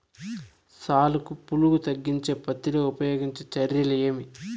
సాలుకి పులుగు తగ్గించేకి పత్తి లో ఉపయోగించే చర్యలు ఏమి?